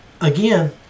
again